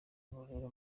ngororero